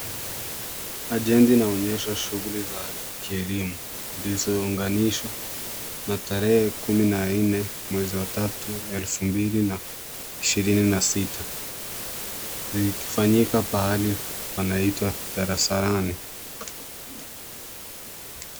Agendi inaonyesha shughuli za kielimu, zilizounganishwa na tarehe kumi na nne mwezi wa tatu elfu mbili na ishirini na sita, vikifanyika pahali panaitwa Darasarani.